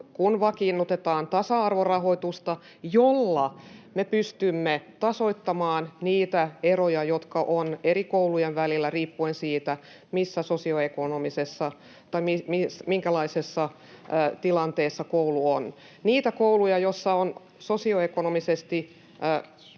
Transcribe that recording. kun vakiinnutetaan tasa-arvorahoitusta, jolla me pystymme tasoittamaan niitä eroja, jotka ovat eri koulujen välillä riippuen siitä, missä sosioekonomisessa tai minkälaisessa tilanteessa koulu on. Niille kouluille, joissa on sosioekonomisesti